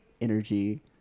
energy